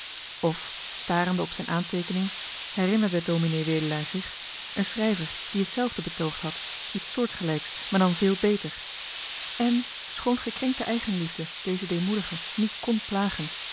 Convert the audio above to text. of starende op zijn aanteekening herinnerde ds wedelaar zich een schrijver die hetzelfde betoogd had iets soortgelijks maar dan veel beter en schoon gekrenkte eigenliefde dezen deemoedige niet kn plagen